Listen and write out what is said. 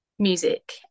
Music